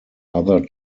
other